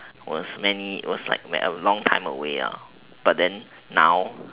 was many was like long time away ah but then now